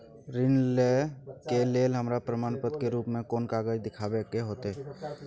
ऋण लय के लेल हमरा प्रमाण के रूप में कोन कागज़ दिखाबै के होतय?